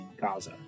Gaza